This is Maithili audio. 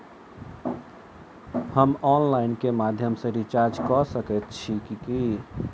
हम ऑनलाइन केँ माध्यम सँ रिचार्ज कऽ सकैत छी की?